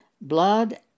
blood